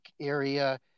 area